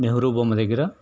నెహరూ బొమ్మ దగ్గర